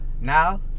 now